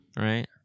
Right